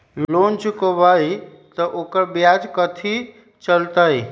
Loan चुकबई त ओकर ब्याज कथि चलतई?